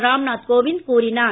ராம் நாத் கோவிந்த் கூறினார்